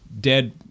dead